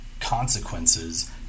consequences